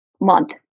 month